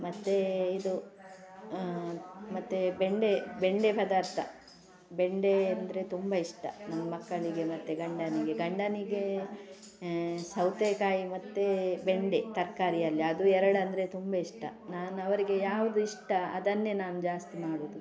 ಮತ್ತೆ ಇದು ಮತ್ತೆ ಬೆಂಡೆ ಬೆಂಡೆ ಪದಾರ್ಥ ಬೆಂಡೆ ಅಂದರೆ ತುಂಬ ಇಷ್ಟ ನನ್ನ ಮಕ್ಕಳಿಗೆ ಮತ್ತೆ ಗಂಡನಿಗೆ ಗಂಡನಿಗೆ ಸೌತೆಕಾಯಿ ಮತ್ತೆ ಬೆಂಡೆ ತರಕಾರಿಯಲ್ಲಿ ಅದು ಎರಡಂದರೆ ತುಂಬ ಇಷ್ಟ ನಾನು ಅವರಿಗೆ ಯಾವುದು ಇಷ್ಟ ಅದನ್ನೇ ನಾ್ನು ಜಾಸ್ತಿ ಮಾಡೋದು